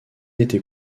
été